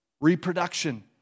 reproduction